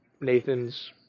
Nathan's